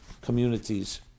communities